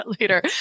later